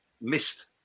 missed